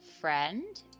friend